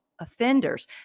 offenders